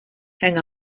hang